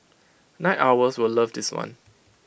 night owls will love this one